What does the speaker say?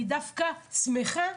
אני דווקא שמחה,